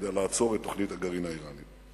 כדי לעצור את תוכנית הגרעין האירנית.